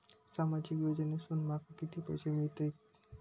सामाजिक योजनेसून माका किती पैशे मिळतीत?